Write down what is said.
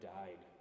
died